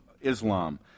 Islam